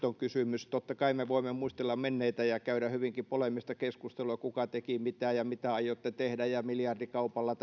on kysymys totta kai me voimme muistella menneitä ja käydä hyvinkin poleemista keskustelua siitä kuka teki mitä ja mitä aiotte tehdä miljardikaupalla